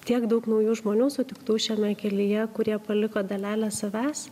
tiek daug naujų žmonių sutiktų šiame kelyje kurie paliko dalelę savęs